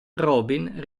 robin